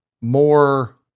more